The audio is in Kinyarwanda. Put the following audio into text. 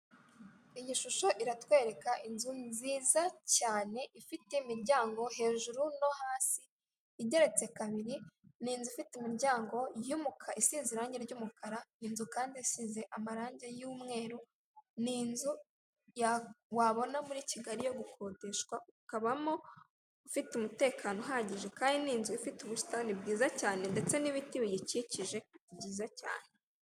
Iyi shusho iratwereka inzu nziza cyane ifite imiryango hejuru no hasi, igeretse kabiri ni inzu ifite imiryango iseze irange ry'umukara, inzu kandi isize amarangi yumweru ni inzu wabona muri kigali yo gukodeshwa, ukabamo ufite umutekano uhagije kandi ni inzu ifite ubusitani bwiza cyane ndetse n'ibiti biyikikije byiza cyane.